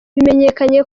bimenyekanye